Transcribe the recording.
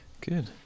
Good